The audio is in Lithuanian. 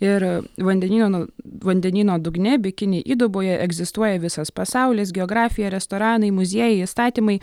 ir vandenynu vandenyno dugne bikini įduboje egzistuoja visas pasaulis geografija restoranai muziejai įstatymai